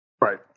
Right